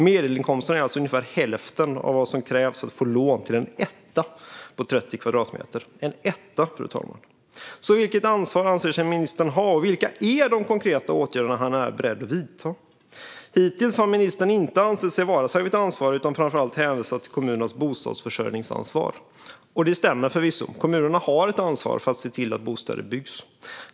Medelinkomsten är alltså ungefär hälften av vad som krävs för att få lån till en etta på 30 kvadratmeter - en etta, fru talman! Vilket ansvar anser sig ministern ha, och vilka konkreta åtgärder är han beredd att vidta? Hittills har ministern inte ansett sig vara särskilt ansvarig, utan han har framför allt hänvisat till kommunernas bostadsförsörjningsansvar. Det stämmer förvisso att kommunerna har ett ansvar för att se till att bostäder byggs.